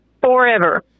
forever